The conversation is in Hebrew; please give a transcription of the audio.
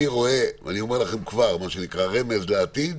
אני אומר לכם ולשב"ס - רמז לעתיד.